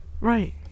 Right